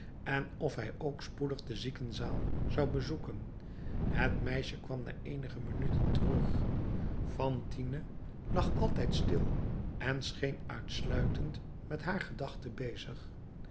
en of hij ook spoedig de ziekenzaal zou bezoeken het meisje kwam na eenige minuten terug fantine lag altijd stil en scheen uitsluitend met haar gedachten bezig